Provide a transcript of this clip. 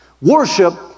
Worship